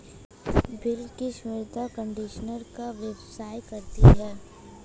बिलकिश मृदा कंडीशनर का व्यवसाय करती है